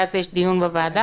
ואז יש דיון בוועדה?